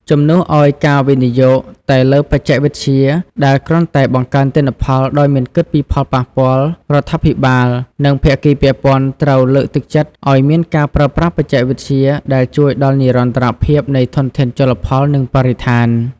ជំនួសឲ្យការវិនិយោគតែលើបច្ចេកវិទ្យាដែលគ្រាន់តែបង្កើនទិន្នផលដោយមិនគិតពីផលប៉ះពាល់ រដ្ឋាភិបាល និងភាគីពាក់ព័ន្ធត្រូវលើកទឹកចិត្តឲ្យមានការប្រើប្រាស់បច្ចេកវិទ្យាដែលជួយដល់និរន្តរភាពនៃធនធានជលផល និងបរិស្ថាន។